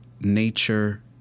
nature